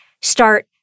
start